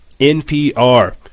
NPR